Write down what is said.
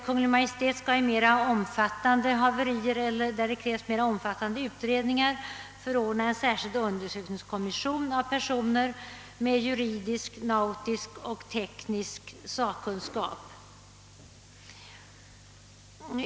Kungl. Maj:t skall vid mera omfattande haverier eller vid haverier där det krävs utredningar av invecklad beskaffenhet förordna en särskild undersökningskommission av personer med juridisk, nautisk och teknisk sakkunskap.